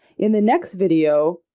in the next video,